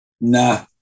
Nah